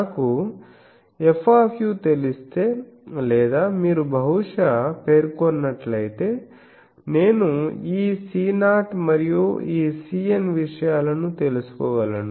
నాకు F తెలిస్తే లేదా మీరు బహుశా పేర్కొన్నట్లయితే నేను ఈ C0 మరియు ఈ Cn విషయాలను తెలుసుకోగలను